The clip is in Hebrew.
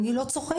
אבל אני לא צוחקת.